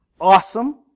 awesome